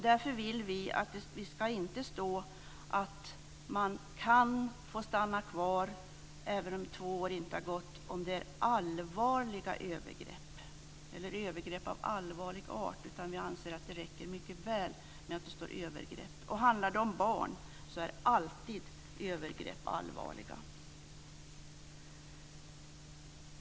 Därför vill vi inte att det ska stå att man kan få stanna kvar även om två år inte har gått om det är övergrepp av allvarlig art. Vi anser att det räcker mycket väl med att det står "övergrepp". Handlar det om barn är alltid övergrepp allvarliga.